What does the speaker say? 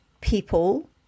people